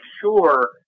sure